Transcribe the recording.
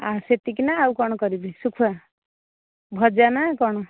ଆ ସେତିକି ନା ଆଉ କ'ଣ କରିବି ଶୁଖୁଆ ଭଜା ନା କ'ଣ